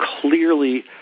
clearly